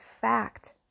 fact